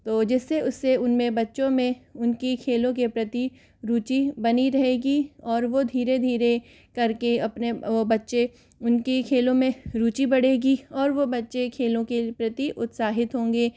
तो जिससे उसे उनमें बच्चों में उनकी खेलों के प्रति रुचि बनी रहेगी और वह धीरे धीरे करके अपने बच्चे उनकी खेलों में रुचि बढ़ेगी और वह बच्चे खेलों के प्रति उत्साहित होंगे